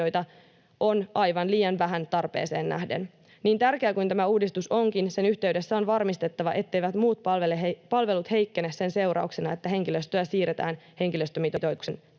on aivan liian vähän tarpeeseen nähden. Niin tärkeä kuin tämä uudistus onkin, sen yhteydessä on varmistettava, etteivät muut palvelut heikkene sen seurauksena, että henkilöstöä siirretään henkilöstömitoituksen piiriin.